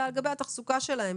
אלא גם לגבי התחזוקה שלהם,